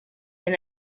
than